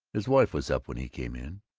his wife was up when he came in.